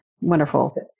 Wonderful